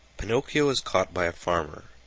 pinocchio is caught by a farmer,